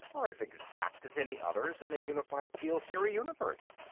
are as exact as any others in the unified-field theory universe.